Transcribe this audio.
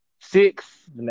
six